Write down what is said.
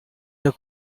the